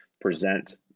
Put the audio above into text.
present